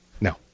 No